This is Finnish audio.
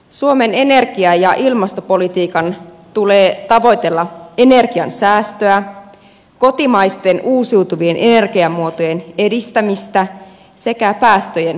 suomen energia ja ilmastopolitiikan tulee tavoitella energian säästöä kotimaisten uusiutuvien energiamuotojen edistämistä sekä päästöjen vähentämistä